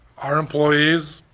our employees,